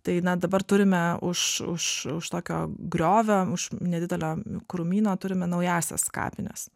tai na dabar turime už už už tokio griovio už nedidelio krūmyno turime naująsias kapines